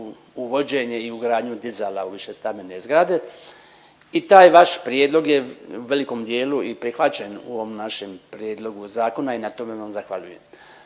uvođenje i ugradnju dizala u višestambene zgrade i taj vaš prijedlog je u velikom dijelu i prihvaćen u ovom našem prijedlogu zakona i na tome vam zahvaljujem.